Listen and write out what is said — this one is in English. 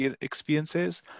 experiences